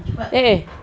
eh